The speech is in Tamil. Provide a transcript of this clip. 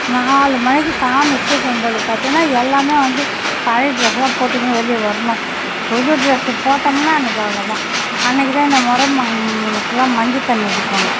நாலு மணிக்கு சாமி தூக்கும் போது பார்த்தீன்னா எல்லாமே வந்து பழைய ட்ரெஸ்ஸாக போட்டுக்கின்னு வெளியே வரணும் புது ட்ரெஸ்ஸு போட்டமுன்னா அன்றைக்கி அவ்வளோ தான் அன்றைக்கி தான் இந்த முற மாமன்க்குலாம் மஞ்சள் தண்ணி அடிப்பாங்கோ